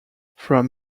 from